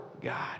God